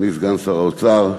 אדוני סגן שר האוצר,